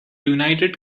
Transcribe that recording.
united